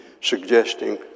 suggesting